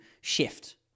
shift